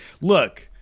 look